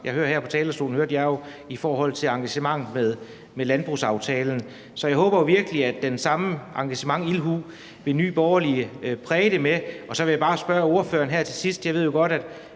jeg hører her fra talerstolen, hørte jeg jo i forhold til engagementet med landbrugsaftalen. Så jeg håber virkelig, at samme engagement og ildhu er noget, Nye Borgerlige vil præge det med. Og så vil jeg bare spørge ordføreren her til sidst: